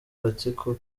gatsiko